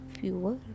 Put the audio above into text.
fewer